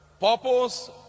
Purpose